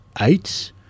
eight